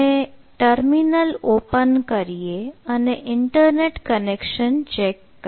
આપણે terminal open કરીએ અને ઇન્ટરનેટ કનેક્શન ચેક કરીએ